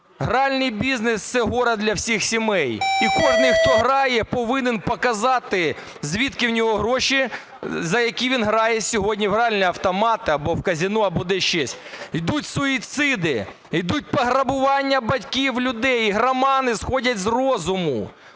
гральний бізнес – це горе для всіх сімей. І кожен, хто грає, повинен показати, звідки в нього гроші, за які він грає сьогодні в гральні автомати або в казино, або десь ще. Ідуть суїциди, ідуть пограбування батьків, людей, ігромани сходять з розуму.